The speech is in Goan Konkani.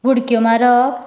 उडक्यो मारप